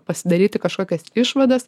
pasidaryti kažkokias išvadas